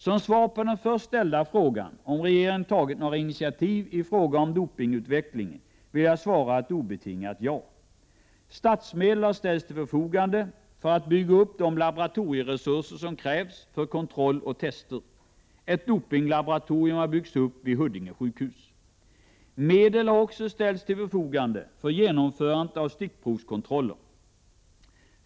Som svar på den först ställda frågan om regeringen tagit några initiativ i fråga om dopingutvecklingen vill jag svara ett obetingat ja. Statsmedel har ställts till förfogande för att bygga upp de laboratorieresurser som krävs för kontroll och tester. Ett dopinglaboratorium har byggts upp vid Huddinge sjukhus. Medel har också ställts till förfogande för genomförande av stickprovskontroller.